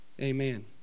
Amen